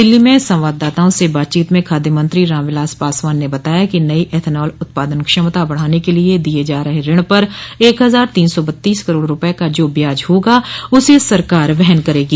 दिल्ली में संवाददाताओं से बातचीत में खाद्य मंत्री राम विलास पासवान ने बताया कि नई एथेनाल उत्पादन क्षमता बढ़ाने के लिये दिये जा रहे ऋण पर एक हजार तीन सौ बत्तीस करोड़ रूपये का जो ब्याज होगा उसे सरकार वहन करेगी